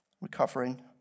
recovering